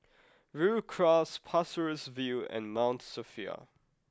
Rhu Cross Pasir Ris View and Mount Sophia